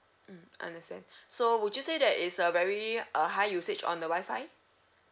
mm understand so would you say that it's a very uh high usage on the wifi